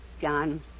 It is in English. John